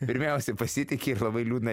pirmiausia pasitiki ir labai liūdnai